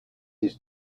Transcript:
his